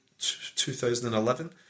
2011